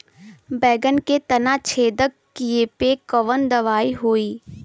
बैगन के तना छेदक कियेपे कवन दवाई होई?